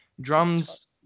Drums